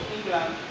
England